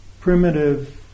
primitive